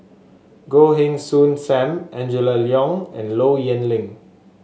Goh Heng Soon Sam Angela Liong and Low Yen Ling